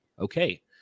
Okay